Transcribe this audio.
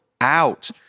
out